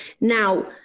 Now